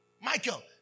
Michael